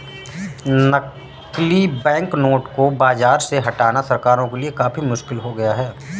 नकली बैंकनोट को बाज़ार से हटाना सरकारों के लिए काफी मुश्किल हो गया है